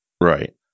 Right